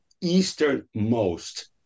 easternmost